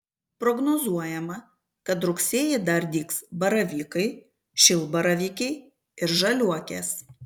prognozuojama kad rugsėjį dar dygs baravykai šilbaravykiai ir žaliuokės